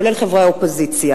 כולל חברי האופוזיציה.